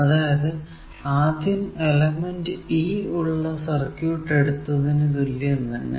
അതായതു ആദ്യം element E ഉള്ള സർക്യൂട് എടുത്തതിനു തുല്യം തന്നെ